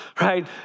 right